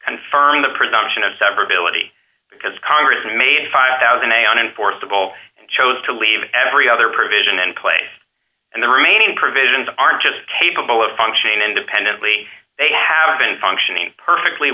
confirming the presumption of severability because congress made five thousand a on enforceable and chose to leave every other provision in place and the remaining provisions aren't just capable of functioning independently they have been functioning perfectly